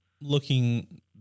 looking